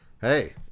Hey